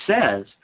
says